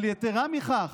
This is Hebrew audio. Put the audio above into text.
אבל יתרה מזו,